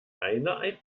eine